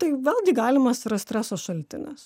tai vėlgi galimas yra streso šaltinis